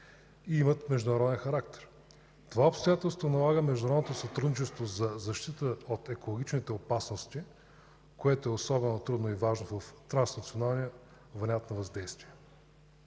и имат международен характер. Това обстоятелство налага международното сътрудничество за защита от екологичните опасности, което е особено трудно и важно в транснационалния вариант на въздействие.